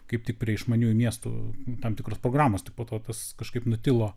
kaip tik prie išmaniųjų miestų tam tikros programos tik po to tas kažkaip nutilo